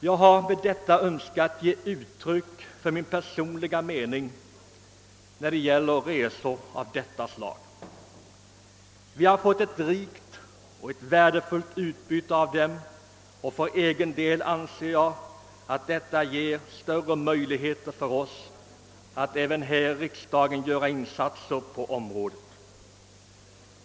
Jag har med det sagda önskat uttrycka min personliga mening när det gäller resor av detta slag. Vi har fått ett rikt och värdefullt utbyte av resan, och för egen del anser jag att det ger oss större möjligheter att även här i riksdagen göra insatser på området.